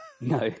No